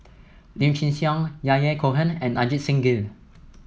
Lim Chin Siong Yahya Cohen and Ajit Singh Gill